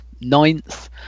ninth